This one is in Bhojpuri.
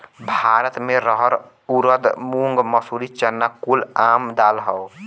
भारत मे रहर ऊरद मूंग मसूरी चना कुल आम दाल हौ